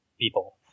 people